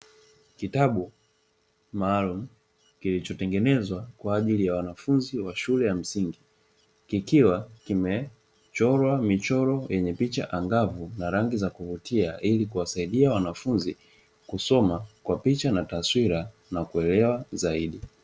Kitabu maalumu kilichotengenezwa kwa ajili ya wanafunzi wa shule ya msingi, kikiwa kimechorwa michoro yenye picha angavu za rangi za kuvutia ili kuwasaidia wanafunzi, kusoma kwa picha na taswira na kuelewa zaidi.